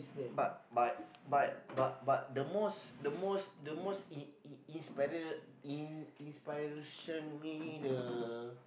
but but but but but the most the most the most in in inspire in inspiration me the